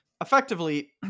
Effectively